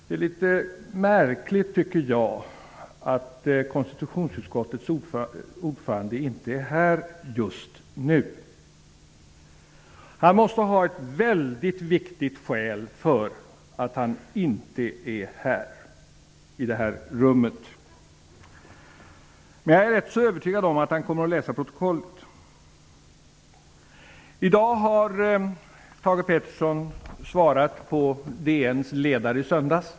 Det är litet märkligt att konstitutionsutskottets ordförande inte är här just nu. Han måste ha ett väldigt tungt skäl för att han inte är här, i det här rummet. Men jag är rätt övertygad om att han kommer att läsa protokollet. I dag har Thage Peterson bemött DN:s ledare i söndags.